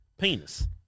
penis